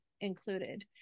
included